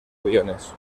aviones